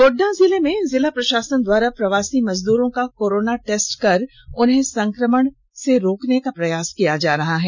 गोड़डा जिले में जिला प्रषासन द्वारा प्रवासी मजदूरों का कोरोना टेस्ट कर संक्रमण को रोकने का प्रयास किया जा रहा है